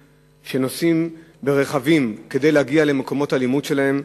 שנוסעים ברכבים כדי להגיע למקומות הלימוד שלהם.